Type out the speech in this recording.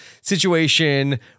situation